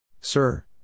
Sir